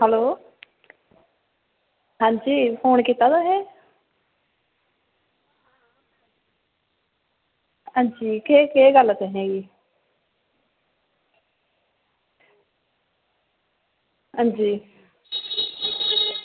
hello हां जी phone कीता तुसें हां जी केह् गल्ल तुसेंगी हां जी